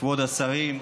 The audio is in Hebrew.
כבוד השרים,